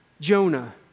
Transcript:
Jonah